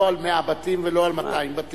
לא על 100 בתים ולא על 200 בתים,